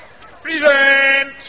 Present